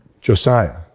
Josiah